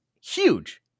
Huge